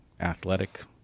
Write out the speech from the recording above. athletic